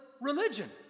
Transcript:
religion